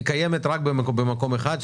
היא קיימת רק במקום אחד,